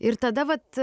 ir tada vat